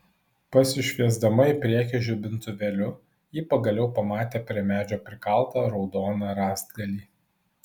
pasišviesdama į priekį žibintuvėliu ji pagaliau pamatė prie medžio prikaltą raudoną rąstgalį